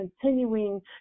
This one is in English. continuing